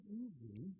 easy